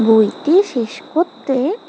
বইটি শেষ করতে